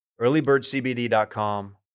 Earlybirdcbd.com